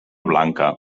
blanca